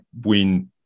win